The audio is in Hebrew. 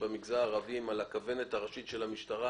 במגזר הערבי הם על הכוונת הראשית של המשטרה.